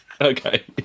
Okay